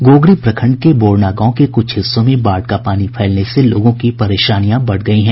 गोगरी प्रखंड के बोरना गांव के कुछ हिस्सों में बाढ़ का पानी फैलने से लोगों की परेशानियां बढ़ गयी है